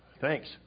Thanks